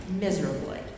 miserably